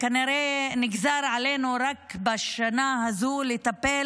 כנראה נגזר עלינו בשנה הזו רק לטפל